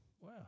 Wow